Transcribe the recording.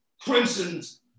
crimson's